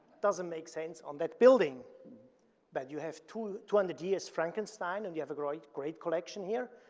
doesn't make sense on that building but you have two two hundred years frankenstein and you have a great great collection here,